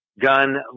gun